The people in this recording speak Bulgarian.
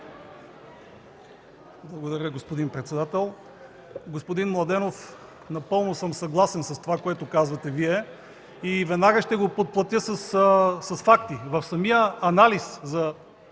Благодаря, господин председател. Господин Младенов, напълно съм съгласен с това, което казахте Вие и веднага ще го подплатя с факти. В самия анализ за